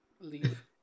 Leave